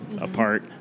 Apart